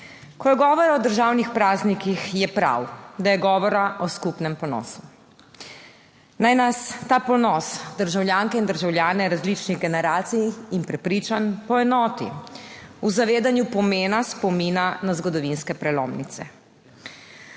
Ko je govora o državnih praznikih je prav, da je govora o skupnem ponosu. Naj nas ta ponos državljanke in državljane različnih generacij in prepričanj poenoti v zavedanju pomena spomina na zgodovinske prelomnice,